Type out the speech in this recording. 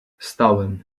stałem